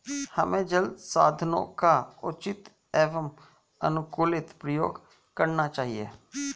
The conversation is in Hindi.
हमें जल संसाधनों का उचित एवं अनुकूलतम प्रयोग करना चाहिए